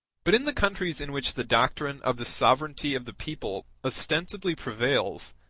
but in the countries in which the doctrine of the sovereignty of the people ostensibly prevails,